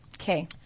Okay